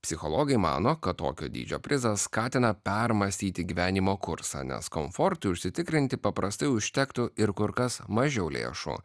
psichologai mano kad tokio dydžio prizas skatina permąstyti gyvenimo kursą nes komfortui užsitikrinti paprastai užtektų ir kur kas mažiau lėšų